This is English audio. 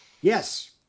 Yes